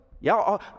Y'all